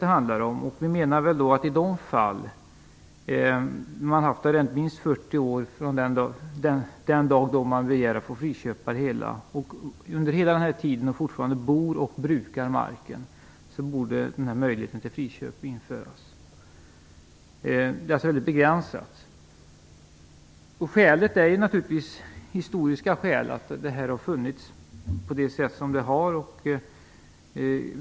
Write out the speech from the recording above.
Vi menar att i de fall man har bott på arrendet och brukat marken under minst 40 år när man begär att få friköpa skall det finnas en sådan möjlighet. Det är således mycket begränsat. Skälen är naturligtvis historiska. Arrendet har varat under lång tid.